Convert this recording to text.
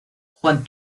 juan